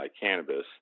cannabis